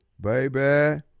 baby